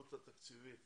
העלות התקציבית